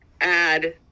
add